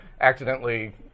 accidentally